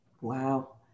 Wow